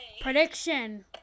Prediction